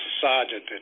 sergeant